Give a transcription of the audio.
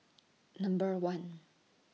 Number one